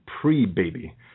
pre-baby